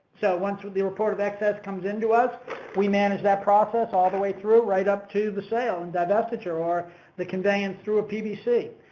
so, once the report of excess comes in to us we manage that process all the way through right up to the sale and divestiture or the conveyance through a pbc.